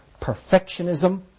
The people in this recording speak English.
perfectionism